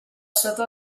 sota